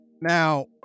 Now